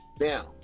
now